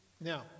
Now